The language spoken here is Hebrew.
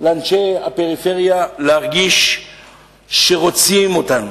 לאנשי הפריפריה, להרגיש שרוצים אותה,